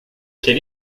quel